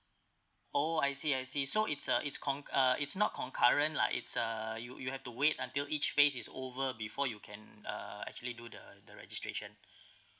oh I see I see so it's uh it's conc~ uh it's not concurrent lah it's uh you you have to wait until each phase is over before you can uh actually do the the registration